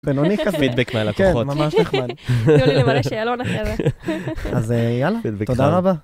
פנוניקה, פידבק מהלקוחות, כן ממש נחמד, תהיו לי למלא שאלות אחרת, אז יאללה, תודה רבה.